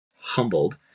humbled